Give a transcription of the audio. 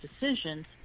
decisions